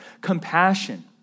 compassion